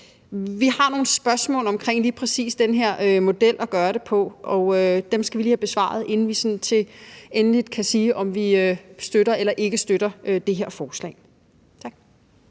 Vi har nogle spørgsmål omkring lige præcis den her model, til måden at gøre det på, og dem skal vi lige have besvaret, inden vi endeligt kan sige, om vi støtter eller ikke støtter det her forslag. Tak.